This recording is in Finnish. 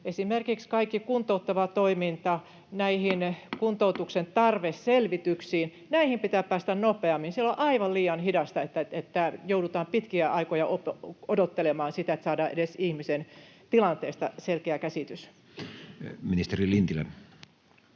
esimerkiksi kaikki kuntouttava toiminta. Kuntoutuksen tarveselvityksiin pitää päästä nopeammin. On aivan liian hidasta, että joudutaan pitkiä aikoja odottelemaan, että edes saadaan ihmisen tilanteesta selkeä käsitys. [Speech 198]